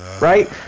right